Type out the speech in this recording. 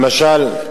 למשל,